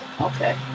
Okay